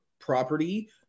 property